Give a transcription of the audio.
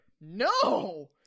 no